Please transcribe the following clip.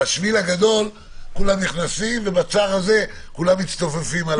בשביל הגדול כולם נכנסים ובשביל הצר הזה כולם מצופפים.